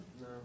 No